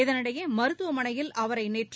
இதனிடையே மருத்துவமனையில் அவரைநேற்று